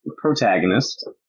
Protagonist